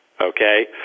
Okay